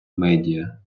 медіа